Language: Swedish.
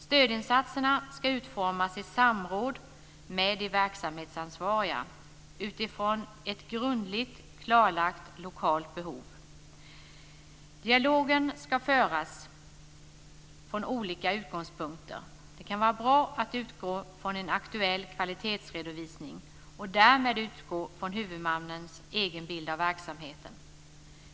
Stödinsatserna ska utformas i samråd med de verksamhetsansvariga utifrån ett grundligt klarlagt lokalt behov. Dialogen ska föras från olika utgångspunkter. Det kan vara bra att utgå från en aktuell kvalitetsredovisning och därmed utgå från huvudmannens egen bild av verksamheten.